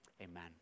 amen